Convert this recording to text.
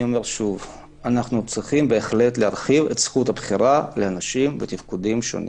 אנחנו צריכים בהחלט להרחיב את זכות הבחירה לאנשים בתפקודים שונים.